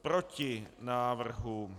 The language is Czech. Proti návrhu.